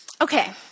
Okay